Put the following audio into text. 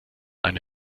eine